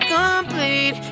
complete